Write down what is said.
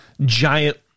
giant